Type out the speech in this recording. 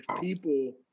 people